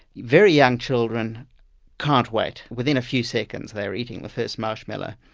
very young children can't wait within a few seconds, they're eating the first marshmallow.